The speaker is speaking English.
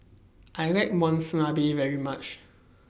I like Monsunabe very much